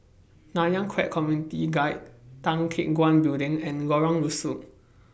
Nanyang Khek Community Guild Tan Teck Guan Building and Lorong Rusuk